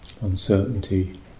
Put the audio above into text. uncertainty